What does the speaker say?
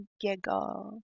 giggle